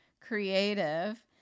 creative